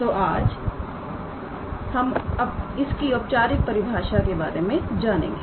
तोआज हम इसकी औपचारिक परिभाषा के बारे में जानेंगे